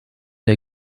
der